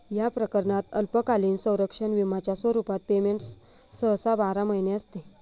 या प्रकरणात अल्पकालीन संरक्षण विम्याच्या स्वरूपात पेमेंट सहसा बारा महिने असते